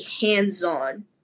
hands-on